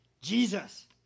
Jesus